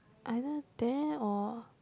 either there or